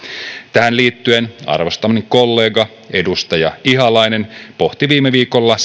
tähän liittyen arvostamani kollega edustaja ihalainen pohti viime viikolla